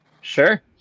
sure